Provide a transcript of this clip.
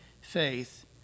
faith